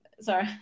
sorry